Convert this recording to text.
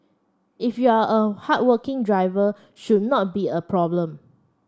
if you're a hardworking driver should not be a problem